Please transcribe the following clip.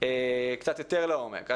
קצת יותר לעומק.